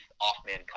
off-man